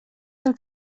del